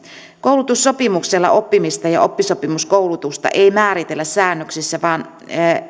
koulutussopimuksella oppimista ja oppisopimuskoulutusta ei määritellä säännöksessä